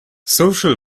social